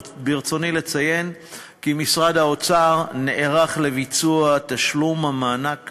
ברצוני לציין כי משרד האוצר נערך לביצוע תשלום המענק